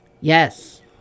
Yes